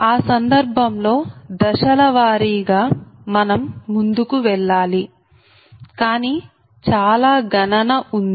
ఆ సందర్భంలో దశల వారీగా మనం ముందుకు వెళ్లాలి కానీ చాలా గణన ఉంది